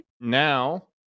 now